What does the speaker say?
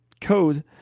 code